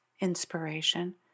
inspiration